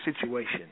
situation